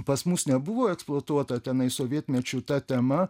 pas mus nebuvo eksploatuota tenai sovietmečiu ta tema